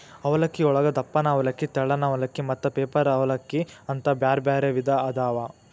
ಅವಲಕ್ಕಿಯೊಳಗ ದಪ್ಪನ ಅವಲಕ್ಕಿ, ತೆಳ್ಳನ ಅವಲಕ್ಕಿ, ಮತ್ತ ಪೇಪರ್ ಅವಲಲಕ್ಕಿ ಅಂತ ಬ್ಯಾರ್ಬ್ಯಾರೇ ವಿಧ ಅದಾವು